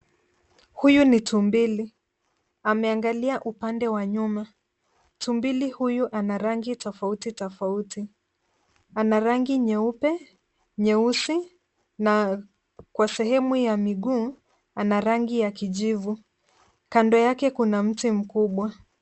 Huyu ni tumbili. Ameangalia upande wa nyuma. Tumbili huyu ana rangi tofauti tofauti. Ana rangi nyeupe, nyeusi na kwa sehemu ya miguu ana rangi ya kijivu. Kando yake kuna mti mkubwa.